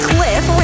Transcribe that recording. Cliff